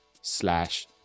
slash